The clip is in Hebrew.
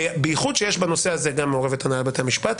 בייחוד שבנושא הזה מעורבת גם הנהלת בתי המשפט,